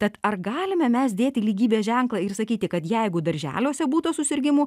tad ar galime mes dėti lygybės ženklą ir sakyti kad jeigu darželiuose būta susirgimų